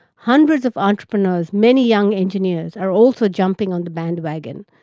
hundreds of entrepreneurs, many young engineers, are also jumping on the bandwagon,